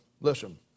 Listen